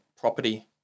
property